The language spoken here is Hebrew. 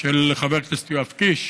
של חבר הכנסת יואב קיש.